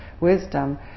wisdom